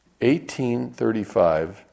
1835